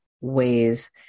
ways